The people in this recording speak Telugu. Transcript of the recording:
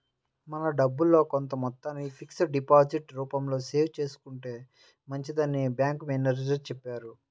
మన డబ్బుల్లో కొంత మొత్తాన్ని ఫిక్స్డ్ డిపాజిట్ రూపంలో సేవ్ చేసుకుంటే మంచిదని బ్యాంకు మేనేజరు చెప్పారు